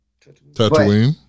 Tatooine